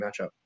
matchup